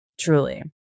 truly